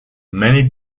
many